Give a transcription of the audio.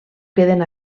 queden